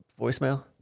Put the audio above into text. voicemail